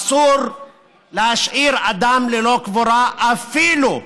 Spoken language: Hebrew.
אסור להשאיר אדם ללא קבורה, אפילו,